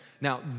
Now